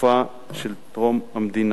בתקופה של טרום המדינה.